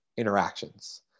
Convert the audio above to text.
Interactions